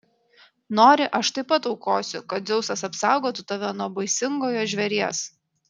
nori aš taip pat aukosiu kad dzeusas apsaugotų tave nuo baisingojo žvėries